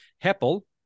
Heppel